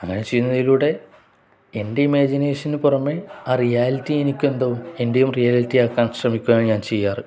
അങ്ങനെ ചെയ്യുന്നതിലൂടെ എൻ്റെ ഇമേജിനേഷന് പുറമേ ആ റിയാലിറ്റി എനിക്ക് എന്തോ എൻ്റെയും റിയാലിറ്റി ആക്കാൻ ശ്രമിക്കുകയാണ് ഞാൻ ചെയ്യാറ്